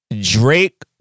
Drake